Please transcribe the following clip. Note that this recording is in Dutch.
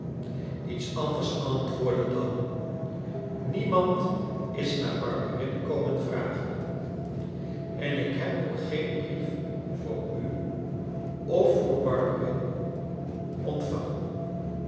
iets anders antwoordde dan niemand is naar barberin komen vragen en ik heb ook geen brief voor u of voor barberin ontvangen